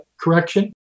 correction